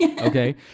Okay